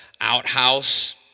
outhouse